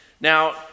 Now